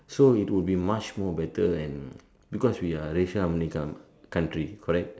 so it will be much more better and because we are racial harmony coun~ country correct